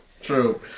true